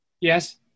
Yes